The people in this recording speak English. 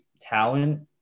talent